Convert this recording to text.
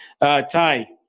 Ty